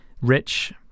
rich